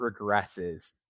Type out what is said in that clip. regresses